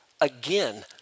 Again